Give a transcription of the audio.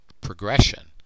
progression